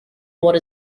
what